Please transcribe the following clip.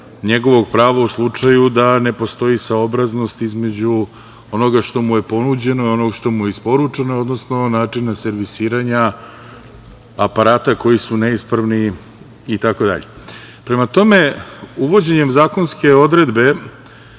njegovog prava u slučaju da ne postoji saobraznost između onoga što mu je ponuđeno i onoga što mu je isporučeno, odnosno načina servisiranja aparata koji su neispravni, itd. Prema tome, uvođenjem zakonske odredbe